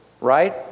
right